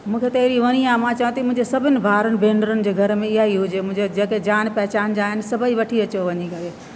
मूंखे त अहिड़ी वणी आहे मां चवां थी मुंहिंजे सभिनि भावरनि भेनरुनि जे घर में ईअं ई हुजे मुंहिंजे जग जान पहचान जा आहिनि सभई वठी अचो वञी करे